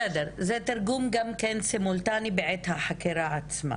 בסדר, זה תרגום סימולטני בעת החקירה עצמה.